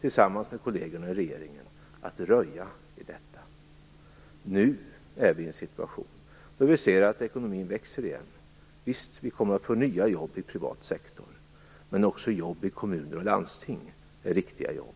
tillsammans med kollegerna i regeringen haft det tvivelaktiga nöjet att röja i detta. Nu befinner vi oss i en situation där vi ser att ekonomin växer igen. Visst, vi kommer att få nya jobb i privat sektor, men också jobb i kommuner och landsting är riktiga jobb.